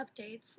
updates